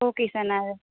okay sir நான்